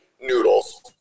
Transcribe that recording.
noodles